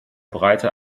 breite